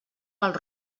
pels